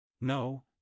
No